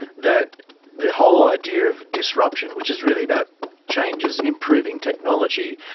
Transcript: that the whole idea of disruption, which is really about changes, improving technology,